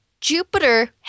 Jupiter